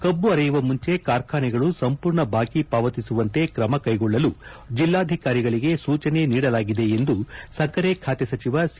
ಕಬ್ಬು ಅರೆಯುವ ಮುಂಚೆ ಕಾರ್ಖಾನೆಗಳು ಸಂಪೂರ್ಣ ಬಾಕಿ ಪಾವತಿಸುವಂತ್ರೆ ಕ್ರೆಮ ಕೈಗೊಳ್ಳಲು ಜಿಲ್ಲಾಧಿಕಾರಿಗಳಿಗೆ ಸೂಚನೆ ನೀಡಲಾಗಿದೆ ಎಂದು ಸಕ್ಕರೆ ಖಾತೆ ಸಚಿವ ಸಿ